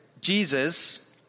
Jesus